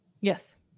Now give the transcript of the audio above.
Yes